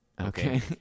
Okay